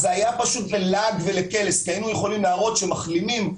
זה היה פשוט ללעג ולקלס כי היינו יכולים להראות שאחוז